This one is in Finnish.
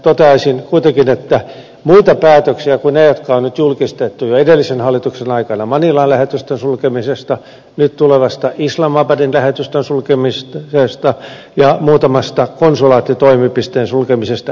toteaisin kuitenkin että muita päätöksiä kuin ne jotka on julkistettu jo edellisen hallituksen aikana manilan lähetystön sulkemisesta nyt tulevasta islamabadin lähetystön sulkemisesta ja muutamasta konsulaattitoimipisteen sulkemisesta ei ole tehty